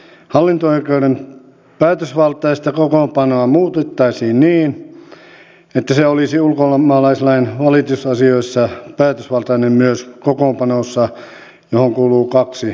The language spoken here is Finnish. hallinto oikeuden päätösvaltaista kokoonpanoa muutettaisiin niin että se olisi ulkomaalaislain valitusasioissa päätösvaltainen myös kokoonpanossa johon kuuluu kaksi jäsentä